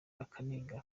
akiga